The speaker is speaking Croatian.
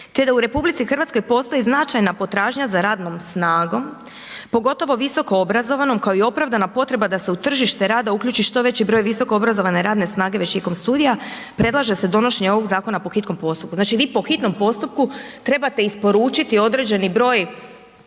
te da u RH postoji značajna potražnja za radnom snagom, pogotovo visoko obrazovanom kao i opravdana potreba da se u tržište rada uključi što veći broj visoko obrazovane radne snage već tijekom studija, predlaže se donošenje ovog zakona po hitnom postupku“. Znači vi po hitnom postupku trebate isporučiti određeni broj